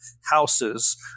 houses